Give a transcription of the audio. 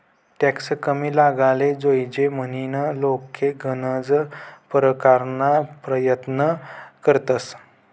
tax कमी लागाले जोयजे म्हनीन लोके गनज परकारना परयत्न करतंस